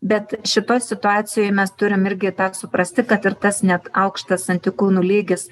bet šitoj situacijoj mes turim irgi tą suprasti kad ir tas net aukštas antikūnų lygis